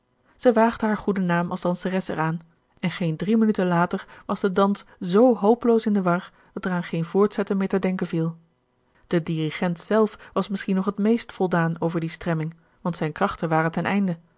zij waagde haar goeden naam als danseres er aan en geen drie minuten later was de dans zoo hopeloos in de war dat er aan geen voortzetten meer te denken viel de dirigent zelf was misschien nog het meest voldaan over die stremming want zijne krachten waren ten einde